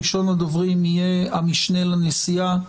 ראשון הדוברים יהיה המשנה לנשיאה,